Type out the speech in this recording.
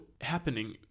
happening